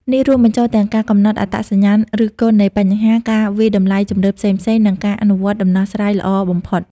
នេះរួមបញ្ចូលទាំងការកំណត់អត្តសញ្ញាណឫសគល់នៃបញ្ហា ការវាយតម្លៃជម្រើសផ្សេងៗ និងការអនុវត្តដំណោះស្រាយល្អបំផុត។